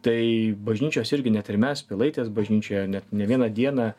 tai bažnyčios irgi net ir mes pilaitės bažnyčioje net ne vieną dieną